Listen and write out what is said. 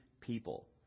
people